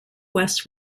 west